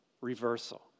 reversal